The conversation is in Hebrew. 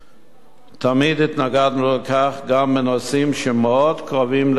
תמיד התנגדנו לכך, גם בנושאים שמאוד כואבים ללבנו,